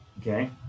okay